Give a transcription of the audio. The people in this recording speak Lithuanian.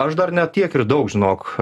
aš dar ne tiek ir daug žinok